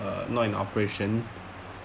uh not in operation